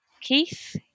Keith